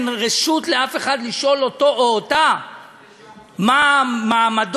אין רשות לאף אחד לשאול אותו או אותה מה מעמדו,